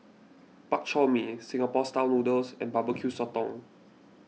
Bak Chor Mee Singapore Style Noodles and BBQ Sotong